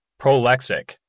Prolexic